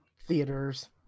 theaters